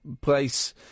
place